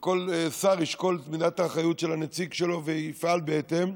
כל שר ישקול את מידת האחריות של הנציג שלו ויפעל בהתאם,